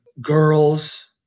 girls